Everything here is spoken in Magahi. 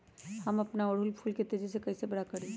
हम अपना ओरहूल फूल के तेजी से कई से बड़ा करी?